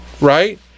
right